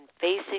facing